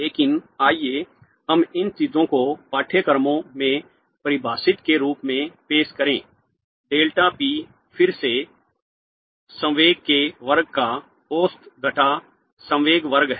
लेकिन आइए हम इन चीजों को पाठ्यपुस्तकों में परिभाषित के रूप में पेश करें डेल्टा पी फिर से संवेग के वर्ग का औसत घटा संवेग वर्ग है